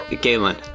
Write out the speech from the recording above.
Galen